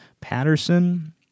Patterson